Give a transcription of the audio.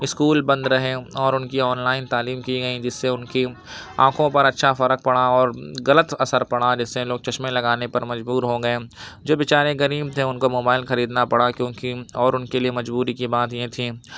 school بند رہے اور ان کی آن لائن تعلیم کی گئی جس سے ان کی آنکھوں پر اچھا فرق پڑا اور غلط اثر پڑا جس سے لوگ چشمے لگانے پر مجبور ہو گئے جو بے چارے غریب تھے ان کو موبائل خریدنا پڑا کیوں کہ اور ان کے لیے مجبوری کی بات یہ تھی